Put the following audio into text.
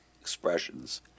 expressions